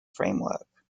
framework